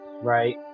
right